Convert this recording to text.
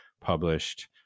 published